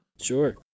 Sure